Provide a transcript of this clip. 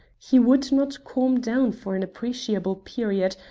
he would not calm down for an appreciable period,